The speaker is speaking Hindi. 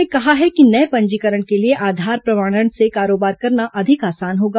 सरकार ने कहा है कि नए पंजीकरण के लिए आधार प्रमाणन से कारोबार करना अधिक आसान होगा